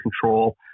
control